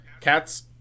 Cats